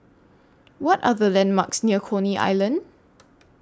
What Are The landmarks near Coney Island